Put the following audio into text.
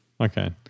Okay